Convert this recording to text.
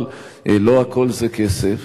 אבל לא הכול זה כסף,